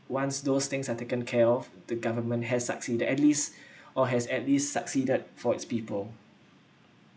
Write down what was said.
once those things are taken care of the government has succeeded at least or has at least succeeded for its people